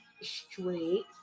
straight